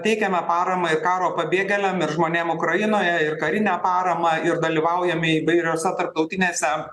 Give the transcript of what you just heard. teikiame paramą ir karo pabėgėliam ir žmonėm ukrainoje ir karinę paramą ir dalyvaujame įvairiose tarptautinėse